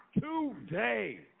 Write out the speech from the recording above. today